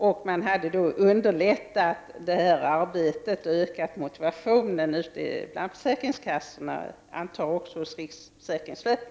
Regeringen skulle då ha underlättat detta arbete och ökat motivationen bland försäkringskassorna och antagligen även hos riksförsäkringsverket.